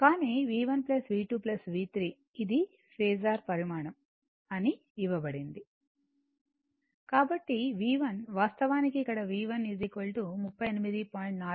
కానీ V1 V2 V3 ఇది phasor పరిమాణం అని ఇవ్వబడింది కాబట్టి V1 వాస్తవానికి ఇక్కడ V1 38